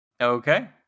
Okay